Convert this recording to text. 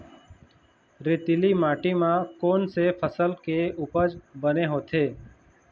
रेतीली माटी म कोन से फसल के उपज बने होथे?